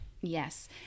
yes